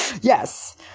Yes